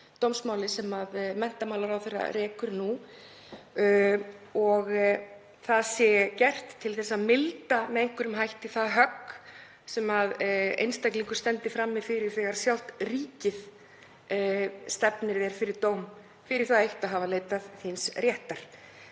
dómsmáli sem menntamálaráðherra rekur nú. Það sé gert til að milda með einhverjum hætti það högg sem einstaklingur stendur frammi fyrir þegar sjálft ríkið stefnir honum fyrir dóm fyrir það eitt að hafa leitað síns réttar.